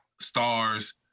Stars